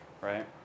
right